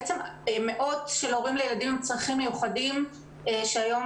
מאות הורים לילדים עם צרכים מיוחדים נמצאים היום